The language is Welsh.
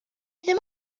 ddim